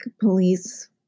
police